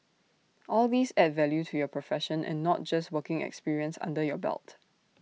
all these add value to your profession and not just working experience under your belt